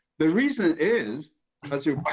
the reason is as you